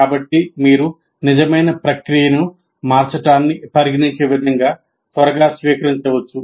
కాబట్టి మీరు నిజమైన ప్రక్రియను మార్చడాన్ని పరిగణించే విధంగా త్వరగా స్వీకరించవచ్చు